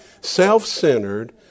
self-centered